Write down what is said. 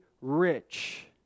rich